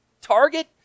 target